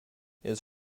his